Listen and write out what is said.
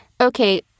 Okay